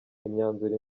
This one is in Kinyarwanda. imyanzuro